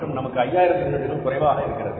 மற்றும் நமக்கு 5000 யூனிட்டுகள் குறைவாக இருக்கிறது